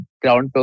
ground